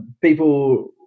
people